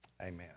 Amen